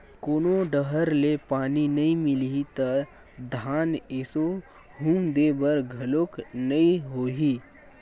कोनो डहर ले पानी नइ मिलही त धान एसो हुम दे बर घलोक नइ होही